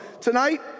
tonight